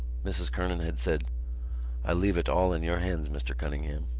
mrs. kernan had said i leave it all in your hands, mr. cunningham.